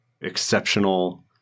exceptional